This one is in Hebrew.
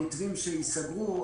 המתווים שייסגרו,